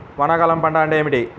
వానాకాలం పంట అంటే ఏమిటి?